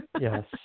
Yes